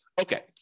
Okay